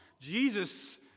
Jesus